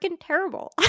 terrible